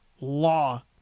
law